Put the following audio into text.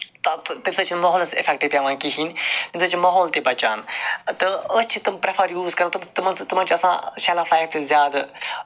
تتھ تمہ سۭتۍ چھُ نہٕ ماحولَس اِفیٚکٹ پیٚوان کِہیٖنۍ تمہ سۭتۍ چھُ ماحول تہِ بَچان تہٕ أتھۍ چھِ تِم پریٚفَر یوٗز کران تم تم تمن چھ آسان شیٚلف لایف تہِ زیادٕ